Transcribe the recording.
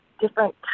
different